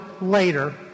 later